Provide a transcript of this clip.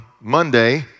Monday